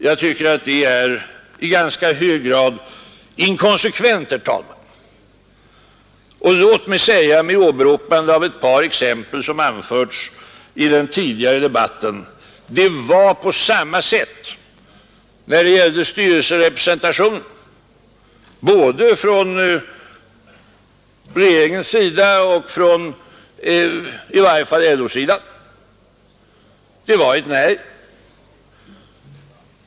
Jag tycker att det är i ganska hög grad inkonsekvent, herr talman. Låt mig med åberopande av ett par exempel som anfördes i den tidigare debatten säga: Det var på samma sätt när det gällde styrelserepresentation både från regerings sida och i varje fall från LO-sidan. Det var ett nej.